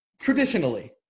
Traditionally